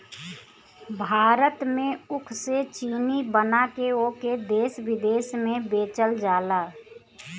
भारत में ऊख से चीनी बना के ओके देस बिदेस में बेचल जाला